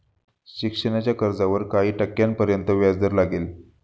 शिक्षणाच्या कर्जावर किती टक्क्यांपर्यंत व्याजदर लागेल?